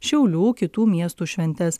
šiaulių kitų miestų šventes